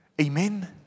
Amen